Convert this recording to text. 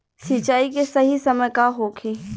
सिंचाई के सही समय का होखे?